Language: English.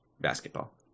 Basketball